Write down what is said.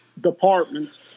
departments